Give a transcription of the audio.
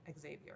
Xavier